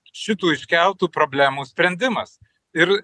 šitų iškeltų problemų sprendimas ir